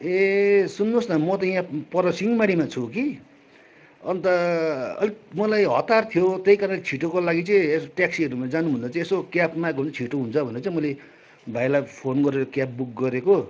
ए सुन्नुहोस् न म त यहाँ पर सिंहबारीमा छु कि अन्त अलिक मलाई हतार थियो त्यही कारणले छिटोको लागि चाहिँ यसो ट्याक्सीहरूमा जानुभन्दा चाहिँ यसो क्याबमा गयो भने छिटो हुन्छ भनेर चाहिँ मैले भाइलाई फोन गरेर क्याब बुक गरेको